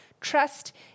Trust